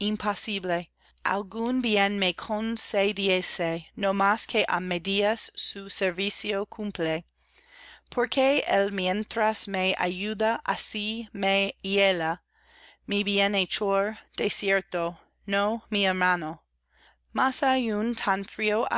no más que á medias su servicio cumple porque él mientras me ayuda así me hiela mi bienhechor de cierto no mi hermano mas